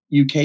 UK